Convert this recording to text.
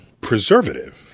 preservative